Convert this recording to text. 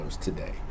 today